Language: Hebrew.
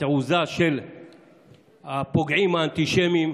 התעוזה של הפוגעים האנטישמיים,